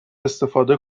استفاده